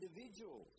individuals